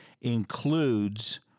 includes